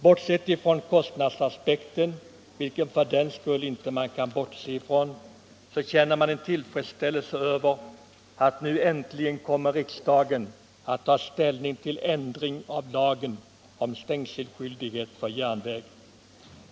Bortsett ur kostnadsfördelningsaspekten, vilken man för den skull inte kan bortse ifrån, känner man tillfredsställelse över att riksdagen nu äntligen kommer att ta ställning till ändring av lagen om stängselskyldighet för järnväg.